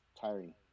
tiring